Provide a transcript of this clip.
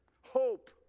hope